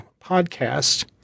podcast